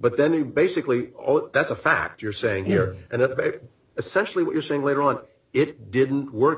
but then you basically that's a fact you're saying here and essentially what you're saying later on it didn't work